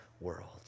world